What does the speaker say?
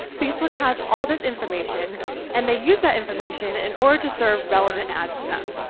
facebook has all this information and they use that information in order to serve relevant ads to them.